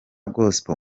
gospel